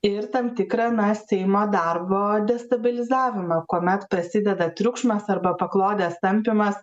ir tam tikrą na seimo darbo destabilizavimą kuomet prasideda triukšmas arba paklodės tampymas